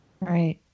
Right